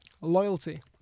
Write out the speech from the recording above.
Loyalty